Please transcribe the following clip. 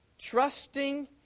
Trusting